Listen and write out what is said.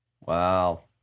Wow